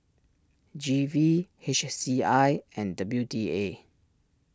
G V H C I and W D A